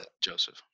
Joseph